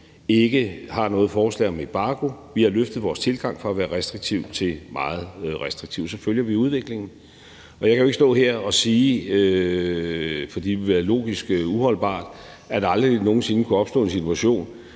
ikke har noget forslag om embargo. Vi har løftet vores tilgang fra at være restriktiv til at være meget restriktiv, og så følger vi udviklingen. Jeg kan jo ikke stå her og sige, for det ville være logisk uholdbart, at der aldrig nogen sinde ville kunne opstå en situation,